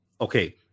Okay